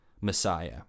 Messiah